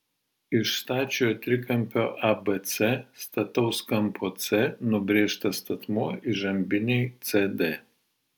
iš stačiojo trikampio abc stataus kampo c nubrėžtas statmuo įžambinei cd